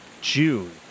June